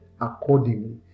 accordingly